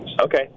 Okay